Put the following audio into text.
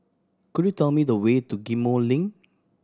could you tell me the way to Ghim Moh Link